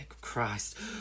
christ